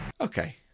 Okay